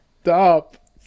stop